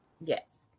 Yes